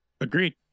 Agreed